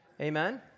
Amen